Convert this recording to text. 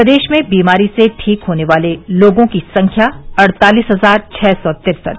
प्रदेश में बीमारी से ठीक होने वालों की संख्या अड़तालीस हजार छः सौ तिरसठ